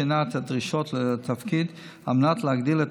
שינה את הדרישות לתפקיד כדי להגדיל את